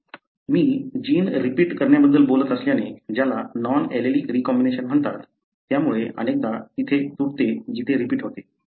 मी gene repeat करण्याबद्दल बोलत असल्याने ज्याला नॉन ऍलेलिक रीकॉम्बिनेशन म्हणतात त्यामुळे अनेकदा तिथे तुटते जिथे रिपीट होते बरोबर